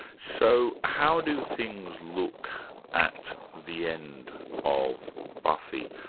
so how do things look at the end of buffy?